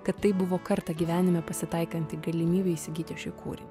kad tai buvo kartą gyvenime pasitaikanti galimybė įsigyti šį kūrinį